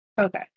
Okay